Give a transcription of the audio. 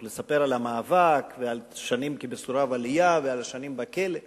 כדי לספר על המאבק ועל השנים כמסורב עלייה ועל השנים בכלא.